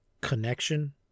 connection